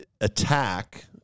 attack